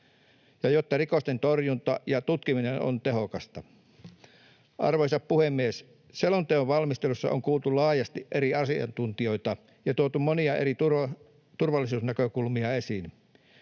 ja jotta rikosten torjunta ja tutkiminen on tehokasta. Arvoisa puhemies! Selonteon valmistelussa on kuultu laajasti eri asiantuntijoita ja tuotu monia eri turvallisuusnäkökulmia esiin.